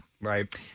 Right